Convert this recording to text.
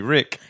Rick